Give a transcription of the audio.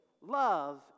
love